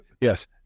yes